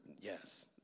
yes